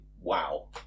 wow